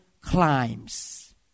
climbs